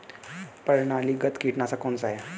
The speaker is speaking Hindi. प्रणालीगत कीटनाशक कौन सा है?